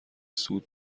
صعود